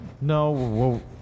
No